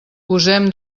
posem